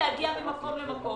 גם המשפטנים באים ואומרים